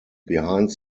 behind